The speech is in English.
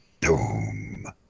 Doom